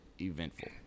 Eventful